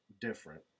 different